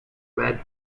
red